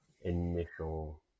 initial